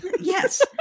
Yes